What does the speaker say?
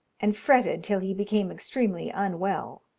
and fretted till he became extremely unwell.